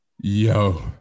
yo